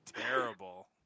terrible